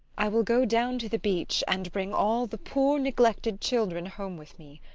i will go down to the beach, and bring all the poor neglected children home with me.